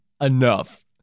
Enough